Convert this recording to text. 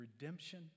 redemption